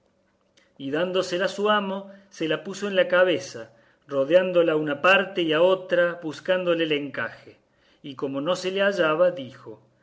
y dándosela a su amo se la puso luego en la cabeza rodeándola a una parte y a otra buscándole el encaje y como no se le hallaba dijo